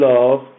Love